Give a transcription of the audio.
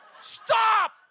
Stop